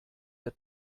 der